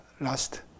last